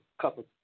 couple